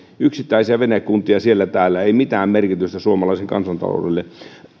aivan yksittäin venekuntia siellä täällä ei mitään merkitystä suomalaiselle kansantaloudelle